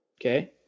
Okay